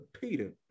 Peter